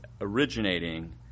originating